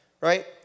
right